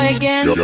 again